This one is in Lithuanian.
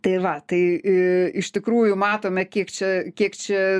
tai va tai i iš tikrųjų matome kiek čia kiek čia